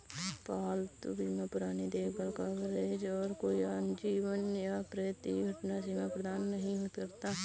पालतू बीमा पुरानी देखभाल कवरेज और कोई आजीवन या प्रति घटना सीमा प्रदान नहीं करता